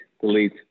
delete